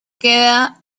queda